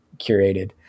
curated